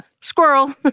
Squirrel